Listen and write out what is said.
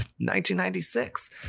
1996